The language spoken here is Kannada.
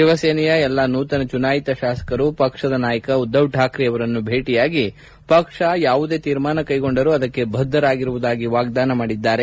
ಶಿವಸೇನೆಯ ಎಲ್ಲಾ ನೂತನ ಚುನಾಯಿತ ಶಾಸಕರು ಪಕ್ಷದ ನಾಯಕ ಉದ್ದವ್ ಶಾಕ್ರೆಯವರನ್ನು ಭೇಟಯಾಗಿ ಪಕ್ಷ ಯಾವುದೇ ತೀರ್ಮಾನ ಕೈಗೊಂಡರೂ ಅದಕ್ಕೆ ಬದ್ದರಾಗಿರುವುದಾಗಿ ವಾಗ್ಲಾನ ಮಾಡಿದ್ದಾರೆ